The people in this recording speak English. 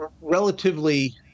relatively